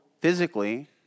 physically